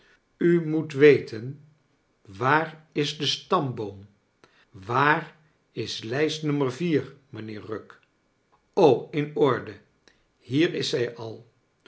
u moet weten waar is de stamboom waar is lijst nummer mijnheer rugg in orde hier is zij al